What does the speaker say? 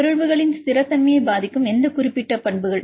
பிறழ்வுகளின் ஸ்திரத்தன்மையை பாதிக்கும் எந்த குறிப்பிட்ட பண்புகளும்